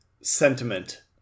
sentiment